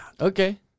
Okay